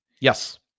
Yes